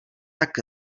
tak